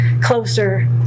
closer